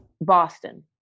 Boston